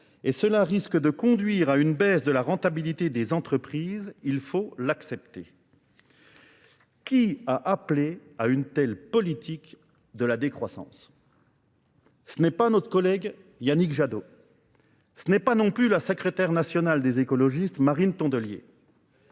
et cela risque de conduire à une baisse de la rentabilité des entreprises, il faut l'accepter. Qui a appelé à une telle politique de la décroissance ? Ce n'est pas notre collègue Yannick Jadot. Ce n'est pas non plus la secrétaire nationale des écologistes Marine Tondelier.